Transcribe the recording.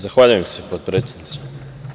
Zahvaljujem se potpredsedniče.